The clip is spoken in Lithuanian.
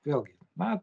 vėlgi na